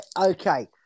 Okay